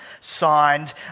signed